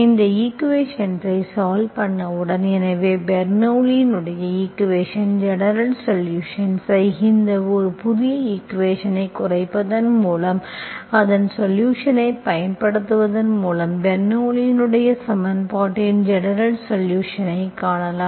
இந்த ஈக்குவேஷன்ஐ சால்வ் பண்ணவுடன் எனவே பெர்னோள்ளியின் ஈக்குவேஷன் ஜெனரல் சொலுஷன்ஸ்ஐ இதை ஒரு புதிய ஈக்குவேஷன்ஐ குறைப்பதன் மூலம் அதன் சொலுஷன்ஸ்ஐப் பயன்படுத்துவதன் மூலம் பெர்னோள்ளியின் சமன்பாட்டின் ஜெனரல் சொலுஷன்ஸ்ஐ காணலாம்